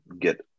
get